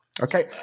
Okay